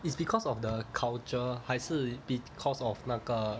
it's because of the culture 还是 because of 那个